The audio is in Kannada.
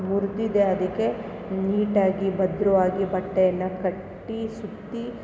ಮುರಿದಿದೆ ಅದಕ್ಕೆ ನೀಟಾಗಿ ಭದ್ರವಾಗಿ ಬಟ್ಟೆಯನ್ನು ಕಟ್ಟಿ ಸುತ್ತಿ